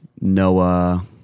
Noah